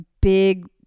big